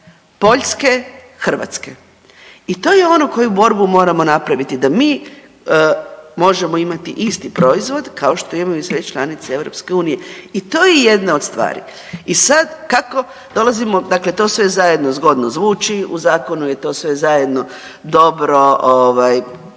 Poljske, Hrvatske i to je ono koju borbu moramo napraviti da mi možemo imati isti proizvod kao što imaju i sve članice EU. I to je jedna od stvari. I sad kako dolazimo, dakle to sve zajedno zgodno zvuči, u zakonu je to sve zajedno dobro,